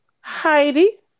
Heidi